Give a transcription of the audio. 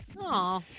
Aw